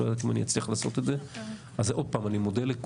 לא ידעתי אם אני אצליח לעשות את זה.